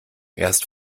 erst